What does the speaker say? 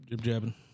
jabbing